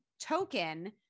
token